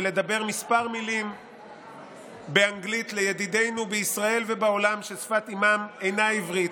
ולומר כמה מילים באנגלית לידידינו בישראל ובעולם ששפת אימם אינה עברית,